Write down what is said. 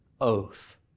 oath